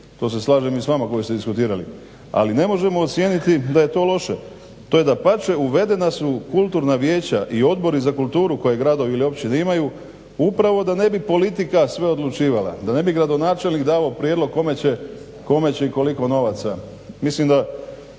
To se slažem i s vama koji ste …/Govornik se ne razumije./… ali ne možemo ocijeniti da je to loše. To je dapače, uvedena su kulturna vijeća i odbori za kulturu koje gradovi ili općine imaju upravo da ne bi politika sve odlučivala, da ne bi gradonačelnik davao prijedlog kome će i koliko novaca. Mislim da,